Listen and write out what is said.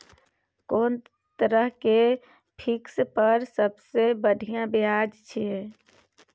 कोन तरह के फिक्स पर सबसे बढ़िया ब्याज छै?